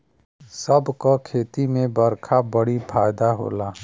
सब क खेती में बरखा बड़ी फायदा होला